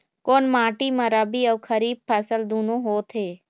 कोन माटी म रबी अऊ खरीफ फसल दूनों होत हे?